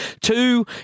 Two